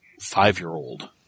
five-year-old